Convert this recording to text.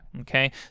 okay